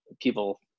People